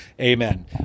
Amen